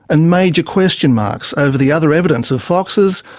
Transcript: and major question marks over the other evidence of foxes,